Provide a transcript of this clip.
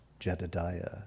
Jedidiah